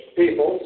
people